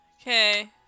Okay